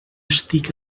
estic